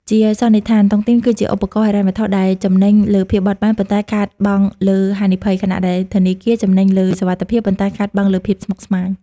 ជាសន្និដ្ឋាន តុងទីនគឺជាឧបករណ៍ហិរញ្ញវត្ថុដែលចំណេញលើ "ភាពបត់បែន" ប៉ុន្តែខាតបង់លើ "ហានិភ័យ" ខណៈដែលធនាគារចំណេញលើ "សុវត្ថិភាព" ប៉ុន្តែខាតបង់លើ "ភាពស្មុគស្មាញ"។